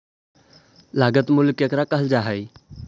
लागत मूल्य केकरा कहल जा हइ?